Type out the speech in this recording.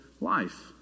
life